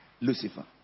Lucifer